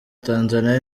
tanzania